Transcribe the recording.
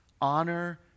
honor